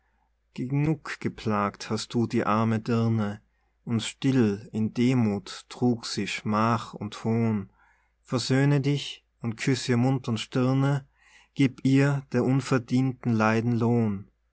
genug geplagt hast du die arme dirne und still in demuth trug sie schmach und hohn versöhne dich und küss ihr mund und stirne gieb ihr der unverdienten leiden lohn